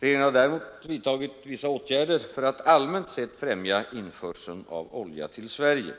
Regeringen har däremot vidtagit vissa åtgärder för att allmänt sett främja införseln av olja till Sverige.